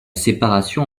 séparation